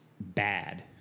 bad